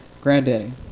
Granddaddy